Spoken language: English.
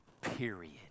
period